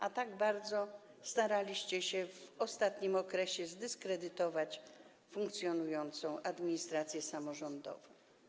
A tak bardzo staraliście się w ostatnim okresie zdyskredytować funkcjonującą administrację samorządową.